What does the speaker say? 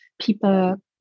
people